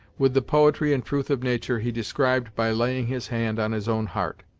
with the poetry and truth of nature, he described by laying his hand on his own heart.